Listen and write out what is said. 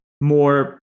more